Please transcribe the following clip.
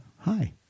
Hi